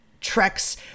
treks